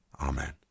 Amen